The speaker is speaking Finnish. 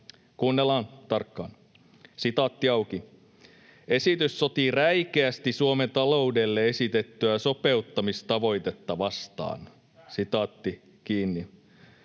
Kuunnellaan tarkkaan: ”Esitys sotii räikeästi Suomen taloudelle esitettyä sopeuttamistavoitetta vastaan.” Edustaja